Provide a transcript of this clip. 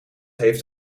heeft